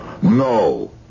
No